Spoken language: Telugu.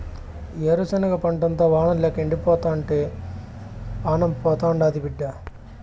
ఏరుశనగ పంటంతా వానల్లేక ఎండిపోతుంటే పానం పోతాండాది బిడ్డా